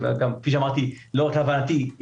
ולא רק להבנתי,